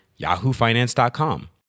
YahooFinance.com